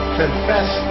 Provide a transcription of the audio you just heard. confess